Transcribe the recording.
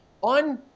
on